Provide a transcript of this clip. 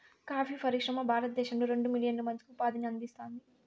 coffee పరిశ్రమ భారతదేశంలో రెండు మిలియన్ల మందికి ఉపాధిని అందిస్తాంది